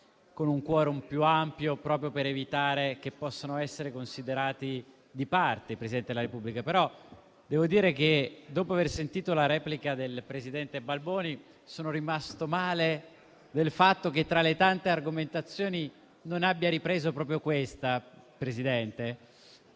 con un *quorum* più ampio: proprio per evitare che possano essere considerati di parte il Presidente della Repubblica. Però, dopo aver sentito la replica del presidente Balboni, sono rimasto male rispetto al fatto che, tra le tante argomentazioni, egli non abbia ripreso proprio questa. Avevo detto